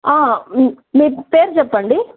మీ మీ పేరు చెప్పండి